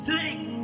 Take